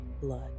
blood